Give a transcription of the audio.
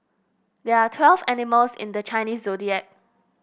there are twelve animals in the Chinese Zodiac